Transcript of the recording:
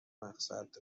مقصد